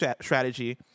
strategy